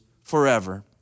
forever